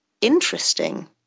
interesting